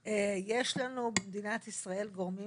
יש לנו במדינת ישראל גורמים